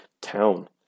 town